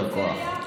יישר כוח.